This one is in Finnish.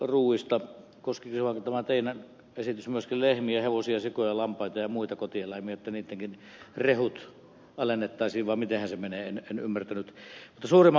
koskisiko tämä teidän esityksenne myös lehmiä hevosia sikoja lampaita ja muita kotieläimiä että niittenkin rehut alennettaisiin vai mitenhän se menee